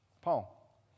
Paul